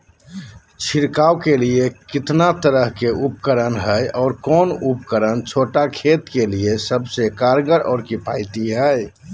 छिड़काव के लिए कितना तरह के उपकरण है और कौन उपकरण छोटा खेत के लिए सबसे कारगर और किफायती है?